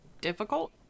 difficult